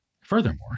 Furthermore